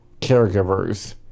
caregivers